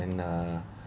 then uh